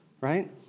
Right